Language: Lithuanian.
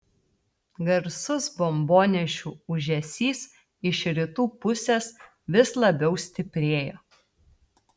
garsus bombonešių ūžesys iš rytų pusės vis labiau stiprėjo